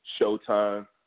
Showtime